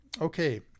Okay